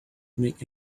make